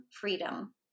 freedom